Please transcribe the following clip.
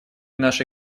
наша